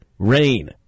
Rain